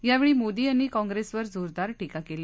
यावेळी मोदी यांनी काँप्रेसवर जोरदार टीका केली